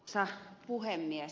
arvoisa puhemies